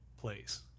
place